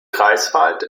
greifswald